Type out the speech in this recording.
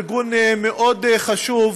ארגון מאוד חשוב,